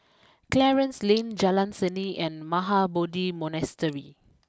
Clarence Lane Jalan Seni and Mahabodhi Monastery